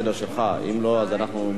אם לא, אנחנו ממשיכים הלאה.